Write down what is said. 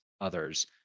others